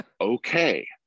Okay